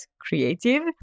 creative